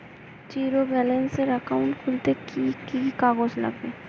Zero ব্যালেন্সের account খুলতে কি কি কাগজ লাগবে?